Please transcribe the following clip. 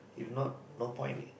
if not no point